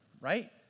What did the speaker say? right